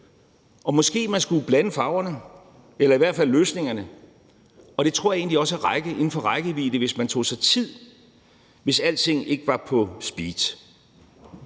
Måske skulle man blande farverne – eller i hvert fald løsningerne – og det tror jeg egentlig også er inden for rækkevidde, hvis man tog sig tid og alting ikke var på speed.